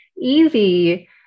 easy